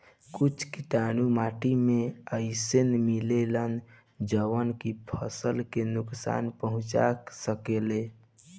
कुछ कीड़ा माटी में अइसनो मिलेलन जवन की फसल के नुकसान पहुँचा सकेले